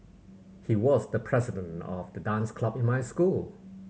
he was the president of the dance club in my school